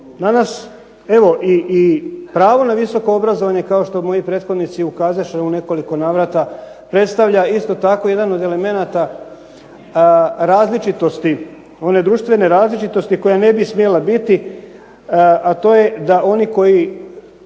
Danas evo i pravo na visoko obrazovanje, kao što moji prethodnici ukazaše u nekoliko navrata predstavlja isto tako jedan od elemenata različitosti, one društvene različitosti koja ne bi smjela biti, a to je da oni koji